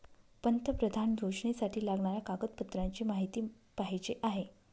पंतप्रधान योजनेसाठी लागणाऱ्या कागदपत्रांची माहिती पाहिजे आहे